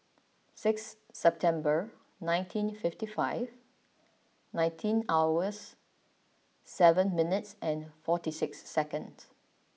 six September nineteen fifty five nineteen hours seven mintues and forty six seconds